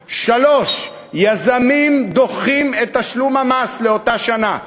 3. יזמים דוחים את תשלום המס לאותה שנה.